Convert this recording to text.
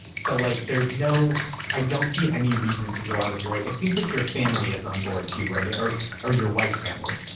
so like there's no i don't see any reason to go out of your way it seems like your family is on board to. right. or are your wife's family,